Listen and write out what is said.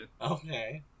Okay